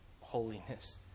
holiness